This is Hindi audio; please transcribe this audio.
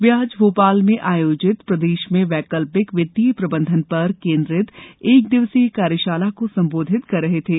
वे आज भोपाल में आयोजित प्रदेश में वैकल्पिक वित्तीय प्रबंधन पर केंद्रित एक दिवसीय कार्यशाला को संबोधित कर रहे थे